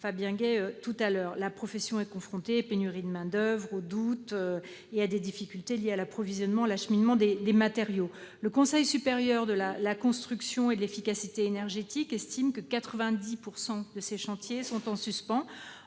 de la construction. La profession est confrontée à une pénurie de main-d'oeuvre, au doute et à des difficultés liées à l'approvisionnement et à l'acheminement des matériaux. Le Conseil supérieur de la construction et de l'efficacité énergétique estime que 90 % des chantiers de rénovation